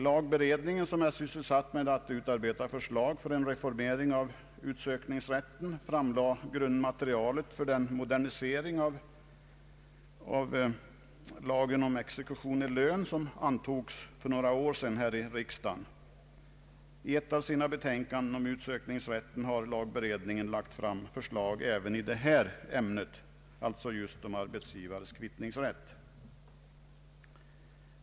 Lagberedningen, som är sysselsatt med att utarbeta förslag till en reformering av utsökningsrätten, framlade grundmaterialet för den modernisering av lagen om exekution i lön som antogs av riksdagen för några år sedan. I ett av sina betänkanden om utsökningsrätten har lagberedningen lagt fram förslag även i detta ämne, alltså just om arbetsgivares kvittningsrätt.